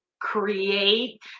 create